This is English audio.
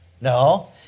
No